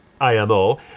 IMO